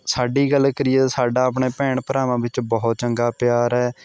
ਸਾਡੀ ਗੱਲ ਕਰੀਏ ਸਾਡਾ ਆਪਣੇ ਭੈਣ ਭਰਾਵਾਂ ਵਿੱਚ ਬਹੁਤ ਚੰਗਾ ਪਿਆਰ ਹੈ